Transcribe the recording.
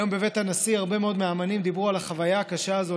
היום בבית הנשיא הרבה מאוד מהאומנים דיברו על החוויה הקשה הזו.